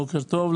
בוקר טוב לכולם.